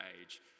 age